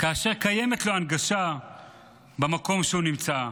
כאשר קיימת לו הנגשה במקום שהוא נמצא,